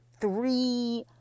three